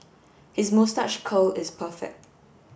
his moustache curl is perfect